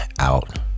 out